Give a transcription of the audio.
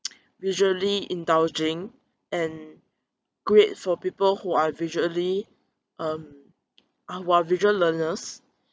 visually indulging and great for people who are visually um who are visual learners